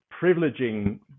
privileging